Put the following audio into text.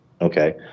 Okay